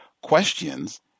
questions